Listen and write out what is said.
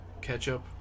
ketchup